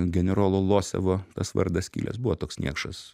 generolo losevo tas vardas kilęs buvo toks niekšas